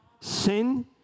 Sin